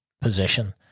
position